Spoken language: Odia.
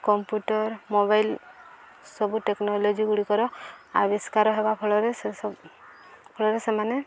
କମ୍ପ୍ୟୁଟର ମୋବାଇଲ୍ ସବୁ ଟେକ୍ନୋଲୋଜିଗୁଡ଼ିକର ଆବିଷ୍କାର ହେବା ଫଳରେ ସେସବ ଫଳରେ ସେମାନେ